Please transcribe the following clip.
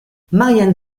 marianne